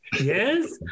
yes